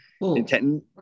intent